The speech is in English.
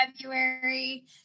February